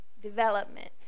Development